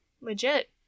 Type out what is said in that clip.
Legit